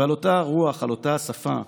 ועל אותה הרוח, על אותה השפה,